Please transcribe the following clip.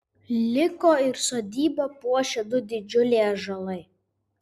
liko ir sodybą puošę du didžiuliai ąžuolai